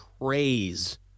craze